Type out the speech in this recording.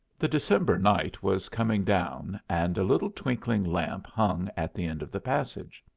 the december night was coming down, and a little twinkling lamp hung at the end of the passage.